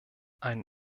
ein